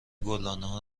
گلدانها